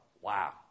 wow